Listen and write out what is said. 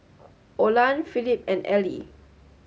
Olan Philip and Elie